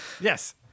Yes